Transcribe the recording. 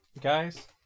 Guys